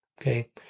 Okay